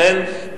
לכן,